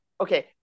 okay